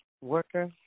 Worker